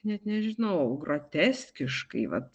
net nežinau groteskiškai vat